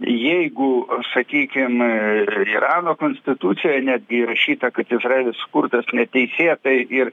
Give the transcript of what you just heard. jeigu sakykim ir irano konstitucijoj netgi įrašyta kad izraelis kurtas neteisėtai ir